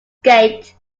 gate